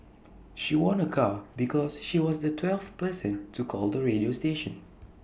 she won A car because she was the twelfth person to call the radio station